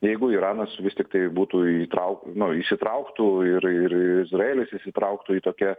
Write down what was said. jeigu iranas vis tiktai būtų įtrauk nu įsitrauktų ir ir izraelis įsitrauktų į tokią